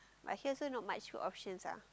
but here also not much food options ah